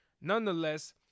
Nonetheless